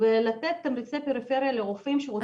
ולתת תמריצי פריפריה לרופאים שרוצים לעבוד.